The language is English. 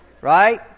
right